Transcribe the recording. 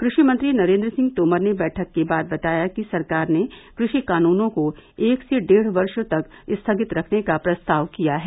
कृषि मंत्री नरेन्द्र सिंह तोमर ने बैठक के बाद बताया कि सरकार ने कृषि कानूनों को एक से डेढ वर्ष तक स्थगित रखने का प्रस्ताव किया है